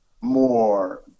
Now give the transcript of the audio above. more